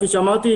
כפי שאמרתי,